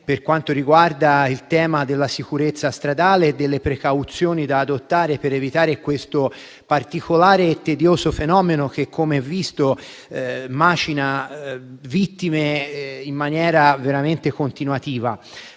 per quanto riguarda il tema della sicurezza stradale e delle precauzioni da adottare per evitare questo particolare e tedioso fenomeno, che, come visto, macina vittime in maniera veramente continuativa.